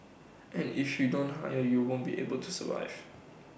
and if you don't hire you won't be able to survive